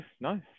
nice